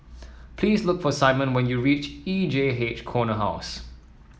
please look for Simon when you reach E J H Corner House